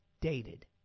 dated